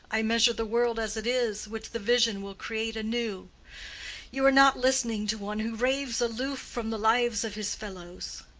i measure the world as it is, which the vision will create anew. you are not listening to one who raves aloof from the lives of his fellows.